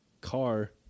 car